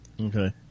okay